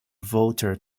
voter